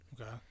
Okay